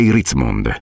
Ritzmond